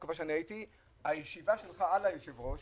הישיבה שלך על היושב-ראש